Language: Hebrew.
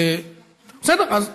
מה השאלה?